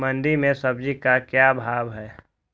मंडी में सब्जी का क्या भाव हैँ?